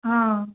हा